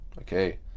Okay